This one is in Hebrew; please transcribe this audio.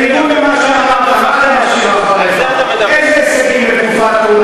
על זה אתה מדבר.